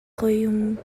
royaumes